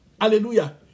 hallelujah